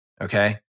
Okay